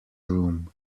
room